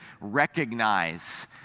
recognize